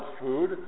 food